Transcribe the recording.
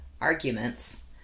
arguments